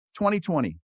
2020